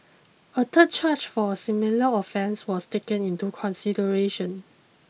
a third charge for a similar offence was taken into consideration